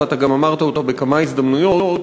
ואתה גם אמרת אותה בכמה הזדמנויות,